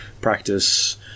practice